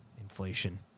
Inflation